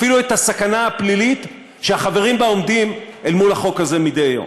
אפילו את הסכנה הפלילית שהחברים בה עומדים אל מול החוק מדי יום.